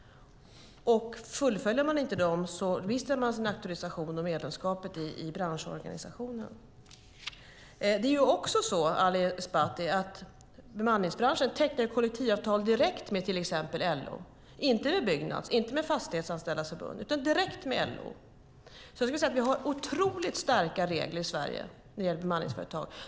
Fullföljs inte kriterierna mister man sin auktorisation och medlemskapet i branschorganisationen. Bemanningsbranschen, Ali Esbati, tecknar kollektivavtal direkt med till exempel LO, inte med Byggnads, inte med Fastighetsanställdas Förbund, utan direkt med LO. Det finns otroligt starka regler i Sverige när det gäller bemanningsföretag.